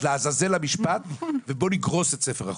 אז לעזאזל המשפט ובואו נקרוס את ספר החוקים,